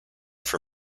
for